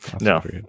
No